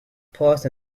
pass